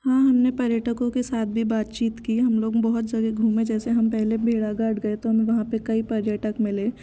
हाँ हमने पर्यटकों के साथ भी बातचीत की हम लोग बहुत जगह घूमे जैसे हम पहले भेड़ाघाट गए तो हम वहाँ पर कई पर्यटक मिले